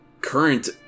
current